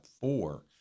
four